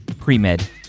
Pre-Med